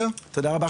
תודה רבה.